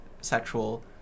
sexual